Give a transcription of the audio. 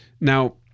Now